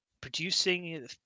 producing